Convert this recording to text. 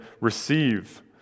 receive